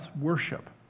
worship